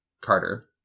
Carter